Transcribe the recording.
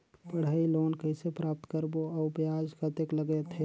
पढ़ाई लोन कइसे प्राप्त करबो अउ ब्याज कतेक लगथे?